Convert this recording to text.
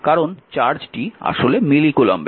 কারণ চার্জটি আসলে মিলি কুলম্বে